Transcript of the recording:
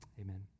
Amen